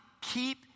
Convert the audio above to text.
keep